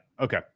okay